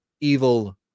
Evil